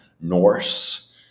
Norse